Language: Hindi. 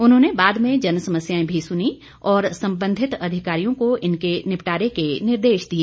उन्होंने बाद में जन समस्याएं भी सुनीं और संबंधित अधिकारियों को इनके निपटारे के निर्देश दिए